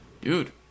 dude